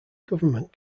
government